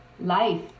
life